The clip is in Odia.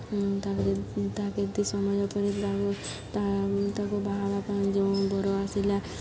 ତା'ପରେ ତା କେତେ ସମୟ ପରେ ତାକୁ ତାକୁ ବାହାହେବା ପାଇଁ ଯେଉଁ ବର ଆସିଲା